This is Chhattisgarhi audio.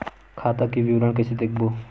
खाता के विवरण कइसे देखबो?